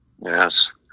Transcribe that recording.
Yes